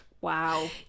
wow